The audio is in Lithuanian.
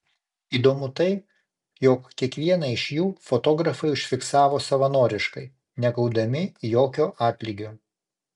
įdomu tai jog kiekvieną iš jų fotografai užfiksavo savanoriškai negaudami jokio atlygio